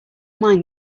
mind